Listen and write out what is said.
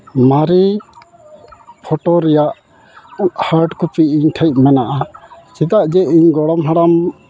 ᱢᱟᱨᱮ ᱯᱷᱚᱴᱳ ᱨᱮᱭᱟᱜ ᱦᱟᱨᱰᱠᱚᱯᱤ ᱤᱧ ᱴᱷᱮᱱ ᱢᱮᱱᱟᱜᱼᱟ ᱪᱮᱫᱟᱜ ᱡᱮ ᱤᱧ ᱜᱚᱲᱚᱢ ᱦᱟᱲᱟᱢᱟᱜ